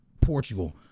Portugal –